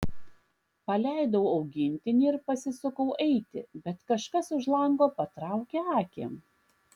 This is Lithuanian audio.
paleidau augintinį ir pasisukau eiti bet kažkas už lango patraukė akį